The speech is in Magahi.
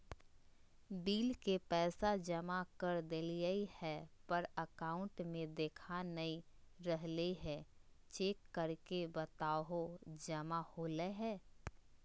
बिल के पैसा जमा कर देलियाय है पर अकाउंट में देखा नय रहले है, चेक करके बताहो जमा होले है?